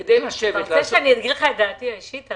אתה רוצה שאני אגיד לך את דעתי האישית?